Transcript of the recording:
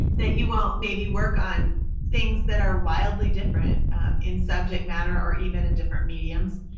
that you won't maybe work on things that are wildly different in subject matter or even in different mediums.